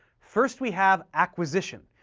first, we have acquisition,